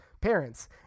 parents